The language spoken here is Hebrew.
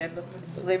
כשיש בערך 20